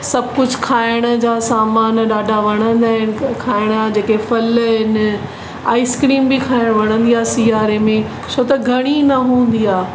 सभु कुझु खाइण जा सामान ॾाढा वणंदा आहिनि खाइण जा जेके फल आहिनि आइस्क्रीम बि खाइणु वणंदी आहे सीआरे में छो त घणी न हूंदी आहे